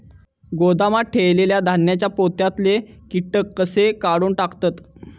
गोदामात ठेयलेल्या धान्यांच्या पोत्यातले कीटक कशे काढून टाकतत?